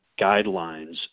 guidelines